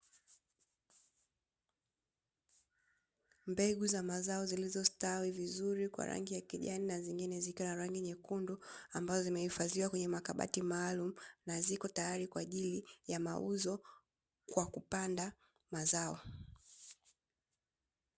Mbegu za mazao zilizostawi vizuri Kwa rangi ya kijani na zengine zikiwa na rangi nyekundu, ambazo zimehifadhiwa kwenye makabati maalumu na zipo tayari Kwa ajili ya mauzo Kwa kupanda mazao.